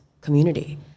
community